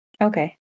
okay